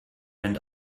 and